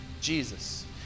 Jesus